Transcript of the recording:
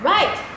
Right